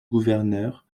gouverneur